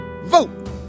Vote